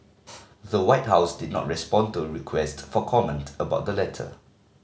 the White House did not respond to request for comment about the letter